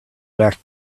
back